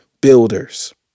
builders